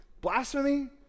blasphemy